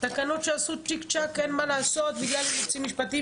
תקנות שעשו צ'יק צ'ק אין מה לעשות בגלל אילוצים משפטיים,